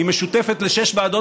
היא משותפת לשש ועדות,